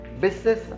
business